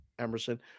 Emerson